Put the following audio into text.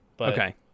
Okay